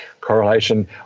correlation